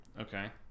Okay